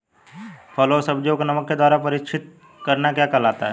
फलों व सब्जियों को नमक के द्वारा परीक्षित करना क्या कहलाता है?